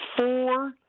Four